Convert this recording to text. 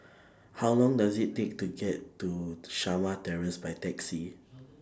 How Long Does IT Take to get to Shamah Terrace By Taxi